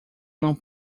não